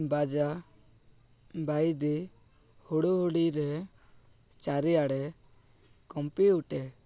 ବାଜା ବାଇଦ ହୁଡ଼ୁ ହୁଡ଼ିରେ ଚାରିଆଡ଼େ କମ୍ପି ଉଠେ